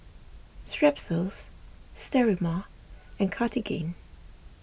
Strepsils Sterimar and Cartigain